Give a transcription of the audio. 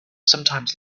sometimes